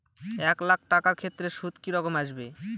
এক লাখ টাকার ক্ষেত্রে সুদ কি রকম আসবে?